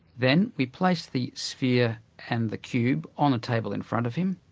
then we place the sphere and the cube on a table in front of him.